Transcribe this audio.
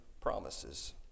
promises